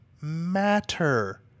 matter